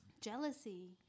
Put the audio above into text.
jealousy